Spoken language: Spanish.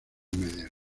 media